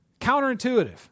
Counterintuitive